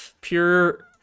pure